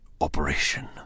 Operation